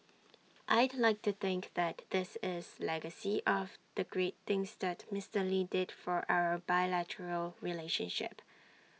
I'd like to think that this is legacy of the great things that Mister lee did for our bilateral relationship